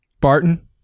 Barton